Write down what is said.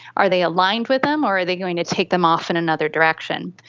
are they aligned with them or are they going to take them off in another direction?